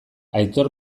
aitor